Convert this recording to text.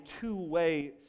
two-way